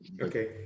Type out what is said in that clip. okay